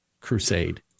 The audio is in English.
crusade